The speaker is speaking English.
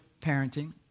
parenting